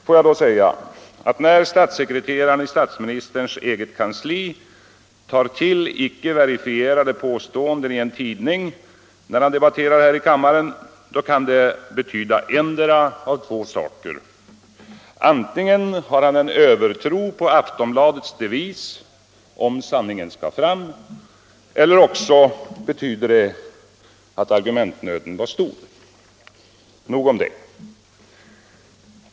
Får jag då säga att när statssekreteraren i statsministerns eget kansli tar till icke verifierade påståenden i en tidning, när han debatterar här i kammaren, så kan det betyda endera av två saker: antingen har han en övertro på Aftonbladets devis, ”om sanningen skall fram”, eller också betyder det att argumentnöden var stor. Nog om det.